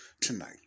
tonight